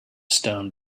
stone